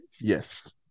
yes